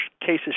cases